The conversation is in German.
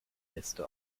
äste